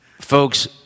folks